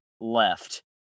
left